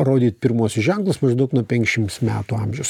rodyt pirmuosius ženklus maždaug nuo penkšims metų amžiaus